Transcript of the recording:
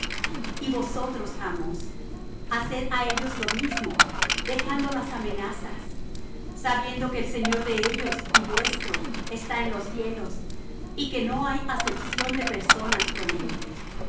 y vosotros amos haced á ellos lo mismo dejando las amenazas sabiendo que el señor de ellos y vuestro está en los cielos y que no hay acepción de personas con él